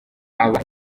aba